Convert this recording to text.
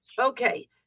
Okay